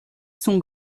son